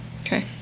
Okay